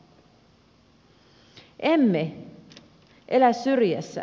emme elä syrjässä